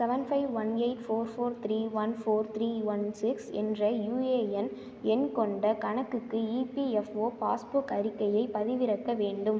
seven five one eight four four three one four three one six என்ற UAN எண் கொண்ட கணக்குக்கு EPFO passbook அறிக்கையை பதிவிறக்க வேண்டும்